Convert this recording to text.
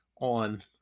on